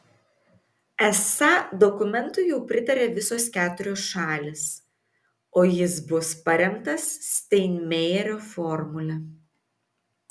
esą dokumentui jau pritarė visos keturios šalys o jis bus paremtas steinmeierio formule